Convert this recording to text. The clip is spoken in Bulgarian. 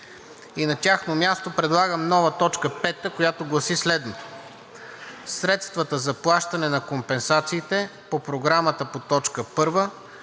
и на тяхно място предлагам нова т. 5, която гласи следното: „Средствата за плащане на компенсациите по Програмата по т. 1